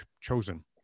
chosen